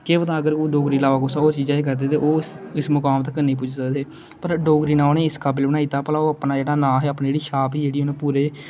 के पता होंदा ओह् डेगरी इलाबा कुसे ओर चीजां च करदे ते ओह् इस मुकाम तकर नेई पुज्जी सकदे हे पर डोगरी ने उंहे गी इस काविल बनाई दित्ता भला ओह् अपना जेहड़ा नां हा उपनी जेहड़ी छाप ही उनें पूरे